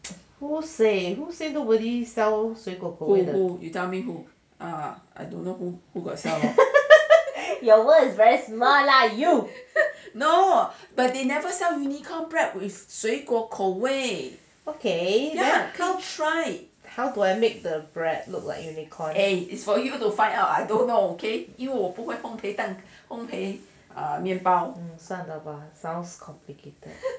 who say who say nobody sell 水果口味 your world is very small lah you okay ya come how do I make the bread look like unicorn 算了吧 sounds complicated